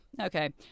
okay